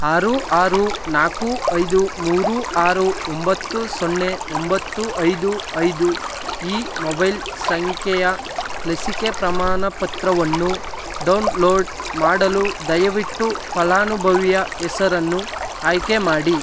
ಆರು ಆರು ನಾಲ್ಕು ಐದು ಮೂರು ಆರು ಒಂಬತ್ತು ಸೊನ್ನೆ ಒಂಬತ್ತು ಐದು ಐದು ಈ ಮೊಬೈಲ್ ಸಂಖ್ಯೆಯ ಲಸಿಕೆ ಪ್ರಮಾಣಪತ್ರವನ್ನು ಡೌನ್ಲೋಡ್ ಮಾಡಲು ದಯವಿಟ್ಟು ಫಲಾನುಭವಿಯ ಹೆಸರನ್ನು ಆಯ್ಕೆ ಮಾಡಿ